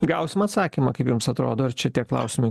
gausim atsakymą kaip jums atrodo ar čia tie klausimai